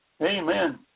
Amen